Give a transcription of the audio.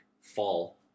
fall